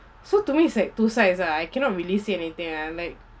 so to me it's like two sides lah I cannot really say anything lah like